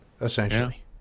essentially